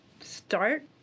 start